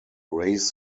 raise